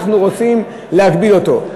אנחנו רוצים להגביל אותו.